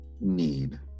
need